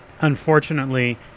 Unfortunately